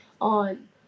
on